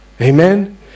Amen